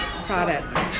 products